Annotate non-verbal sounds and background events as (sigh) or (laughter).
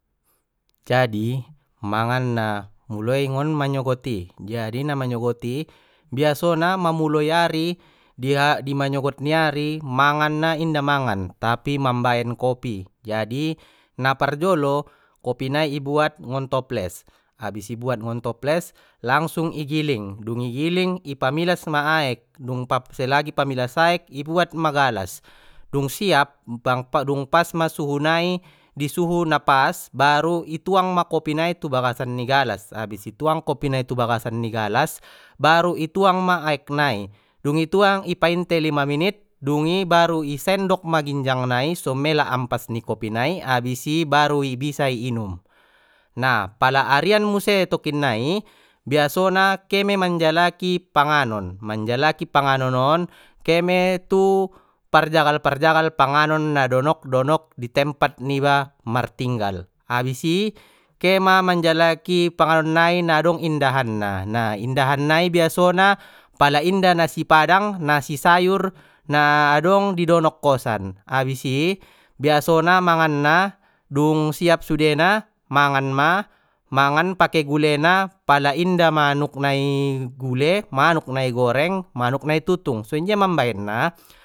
Jadi mangan na muloi ngon manyogot i jadi na manyogot i biasona mamuloi ari di manyogot ni ari mangan na inda mangan tapi mambaen kopi jadi, na parjolo kopi nai ibuat ngon toples abis ibuat ngon toples langsung i giling dung igiling ipamilas ma aek (unintelligible) selagi pamilas aek i buat ma galas dung siap (unintelligible) dung pas ma suhu nai i suhu na pas baru i tuang ma kopi nai tu bagasan ni galas abis i tuang kopi nai tu bagasan ni galas baru ituang ma aek nai dung i tuang i painte lima minit dungi i baru i sendok ma ginjang nai so mela ampas ni kopi nai abis i baru bisa i minum na pala arian muse tokinnai biasona kei mei manjalaki panganon manjalaki panganon on ke mei tu parjagala parjagal panganon na donok donok tu tempat niba martinggal abis i kema manjalaki panganon nai na dong indahanna na indahannai biasona pala inda nasi padang nasi sayur na adong idonok kosan habis i biasona manganna dung siap sude na mangan ma mangan pake gulena pala inda manuk na igule manuk na goreng manuk na itutung songonjia mambaen na.